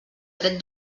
dret